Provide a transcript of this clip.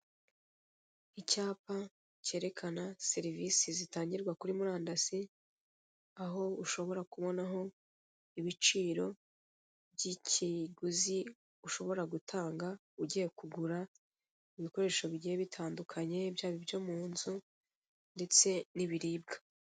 Icyapa cyerekana serivisi zitangirwa kuri murandasi aho ushobora kubonaho ibiciro by'ikiguzi ushobora gutanga ugiye kugura ibikoresho bigiye bitandukanye, byaba ibyo mu nzu ndetse n'ibiribwa.